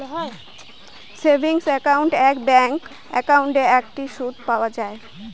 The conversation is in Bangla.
সেভিংস একাউন্ট এ ব্যাঙ্ক একাউন্টে একটা সুদ পাই